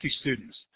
students